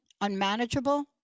unmanageable